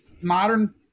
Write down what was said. modern